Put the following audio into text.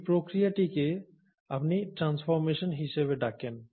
এই প্রক্রিয়াটিকে আপনি ট্রানসফর্মেশন হিসাবে ডাকেন